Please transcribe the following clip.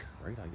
right